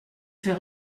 fait